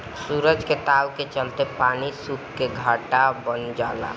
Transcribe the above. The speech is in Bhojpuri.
सूरज के ताव के चलते पानी सुख के घाटा बन जाला